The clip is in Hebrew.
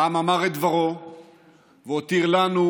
(חבר הכנסת סמי אבו שחאדה יוצא מאולם